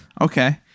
Okay